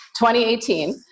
2018